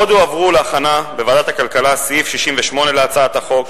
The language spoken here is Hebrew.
עוד הועברו להכנה בוועדת הכלכלה סעיף 68 להצעת החוק,